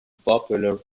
popular